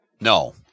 No